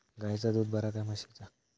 गायचा दूध बरा काय म्हशीचा?